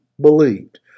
believed